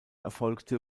erfolgte